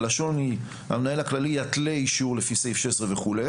הלשון היא: "המנהל הכללי יתלה אישור לפי סעיף 16" וכו'.